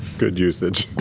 good usage.